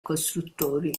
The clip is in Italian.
costruttori